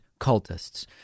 cultists